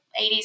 80s